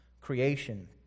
creation